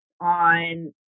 on